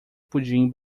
pudim